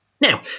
now